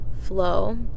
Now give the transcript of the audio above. flow